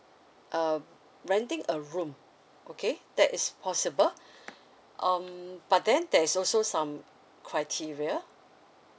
um renting a room okay that is possible um but then there is also some criteria